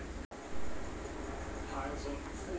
ಹತ್ತಿಯಲ್ಲಿ ಹೈಬ್ರಿಡ್ ತಳಿ ಇದೆಯೇ?